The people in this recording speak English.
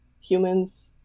humans